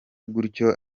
gutyo